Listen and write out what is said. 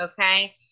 okay